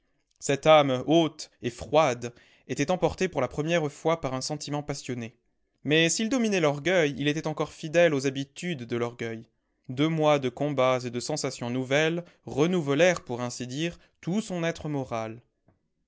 cette âme haute et froide était emportée pour la première fois par un sentiment passionné mais s'il dominait l'orgueil il était encore fidèle aux habitudes de l'orgueil deux mois de combats et de sensations nouvelles renouvelèrent pour ainsi dire tout son être moral